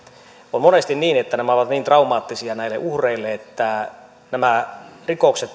on monesti niin että nämä ovat niin traumaattisia näille uhreille että nämä rikokset